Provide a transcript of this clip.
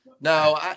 No